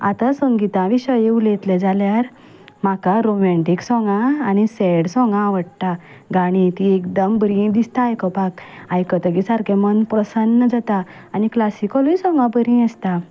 आतां संगिता विशयी उलयतले जाल्यार म्हाका रोमेंटीक सोंगां आनी सॅड सोंगां आवडटा गाणीं तीं एकदम बरी दिसता आयकोपाक आयकतकच सारकें मन प्रसन्न जाता आनी क्लासिकलय सोंगां बरी आसता